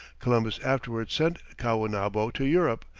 columbus afterwards sent caonabo to europe,